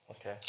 Okay